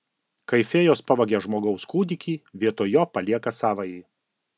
kai fėjos pavagia žmogaus kūdikį vietoj jo palieka savąjį